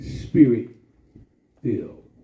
spirit-filled